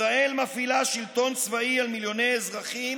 ישראל מפעילה שלטון צבאי על מיליוני אזרחים